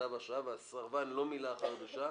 בכתב ההרשאה והסרבן לא מילא אחר הבקשה,